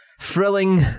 thrilling